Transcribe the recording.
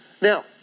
Now